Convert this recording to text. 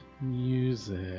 Music